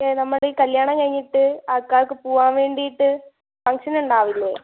പിന്നെ നമ്മുടെ ഈ കല്യാണം കഴിഞ്ഞിട്ട് ആൾക്കാർക്ക് പോവാൻ വേണ്ടിയിട്ട് ഫങ്ങ്ക്ഷൻ ഉണ്ടാവില്ലേ